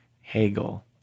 Hegel